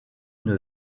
une